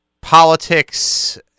politics